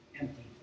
empty